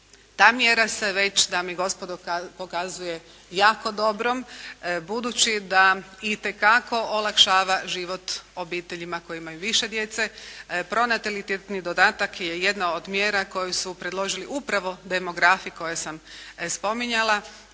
Ta mjera se već dame i gospodo pokazuje jako dobrom budući da itekako olakšava život obiteljima koje imaju više djece. Pronatalitetni dodatak je jedna od mjera koju su predložili upravo demografi koje sam spominjala